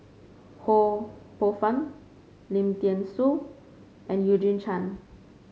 Ho Poh Fun Lim Thean Soo and Eugene Chen